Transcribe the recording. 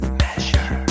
measure